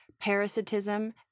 parasitism